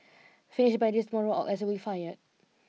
finish by tomorrow or else we fired